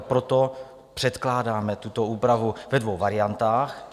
Proto předkládáme tuto úpravu ve dvou variantách.